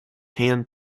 hand